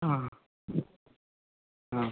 ആ ആ